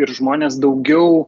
ir žmonės daugiau